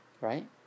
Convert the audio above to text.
Right